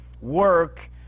work